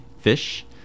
fish